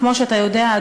כמו שאתה יודע,